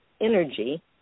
energy